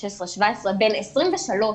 16, 17, בן 23,